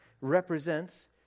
represents